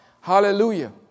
Hallelujah